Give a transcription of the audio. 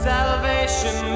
Salvation